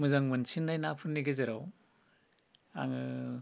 मोजां मोनसिन्नाय नाफोरनि गेजेराव आङो